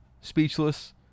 speechless